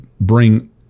bring